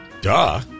Duh